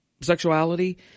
sexuality